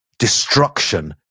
destruction,